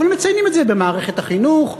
אבל מציינים את זה במערכת החינוך,